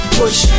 push